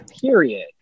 period